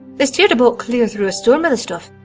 they steered a boat clear through a storm of the stuff.